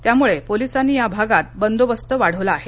त्यामुळे पोलिसांनी या भागात बंदोबस्त वाढविला आहे